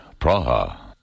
Praha